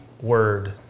word